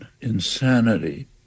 insanity